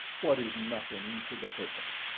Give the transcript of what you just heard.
what is nothing to the purpose.